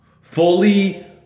fully